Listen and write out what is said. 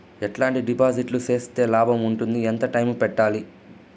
ఎట్లాంటి డిపాజిట్లు సేస్తే లాభం ఉంటుంది? ఎంత టైము పెట్టాలి?